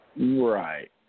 Right